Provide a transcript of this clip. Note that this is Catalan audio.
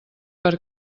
per